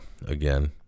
again